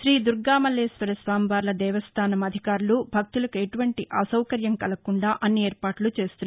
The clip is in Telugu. శ్రీ దుర్గామల్లేశ్వర స్వామి వార్ల దేవస్థానం అధికారులు భక్తులకు ఎటువంటి అసౌకర్యం కలగకుండా అన్ని ఏర్పాట్ల చేస్తున్నారు